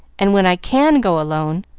and when i can go alone,